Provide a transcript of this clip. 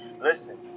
listen